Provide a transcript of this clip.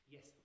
Yes